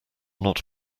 not